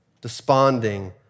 desponding